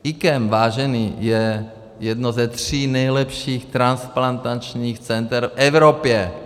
IKEM, vážení, je jedno ze tří nejlepších transplantačních center v Evropě.